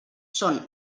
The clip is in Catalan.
són